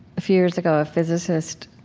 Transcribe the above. a few years ago, a physicist,